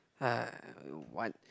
uh want